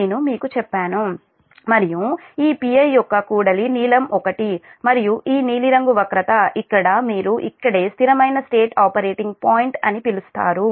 నేను మీకు చెప్పాను మరియు ఈ Pi యొక్క కూడలి నీలం ఒకటి మరియు ఈ నీలిరంగు వక్రత ఇక్కడ మీరు ఇక్కడే స్థిరమైన స్టేట్ ఆపరేటింగ్ పాయింట్ అని పిలుస్తారు